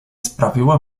sprawiło